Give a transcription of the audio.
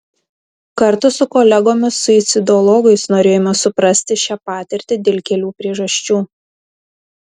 kartu su kolegomis suicidologais norėjome suprasti šią patirtį dėl kelių priežasčių